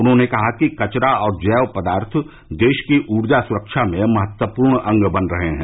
उन्होंने कहा कि कचरा और जैव पदार्थ देश की ऊर्जा सुरक्षा में महत्वपूर्ण अंग बन रहे हैं